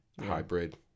hybrid